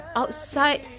outside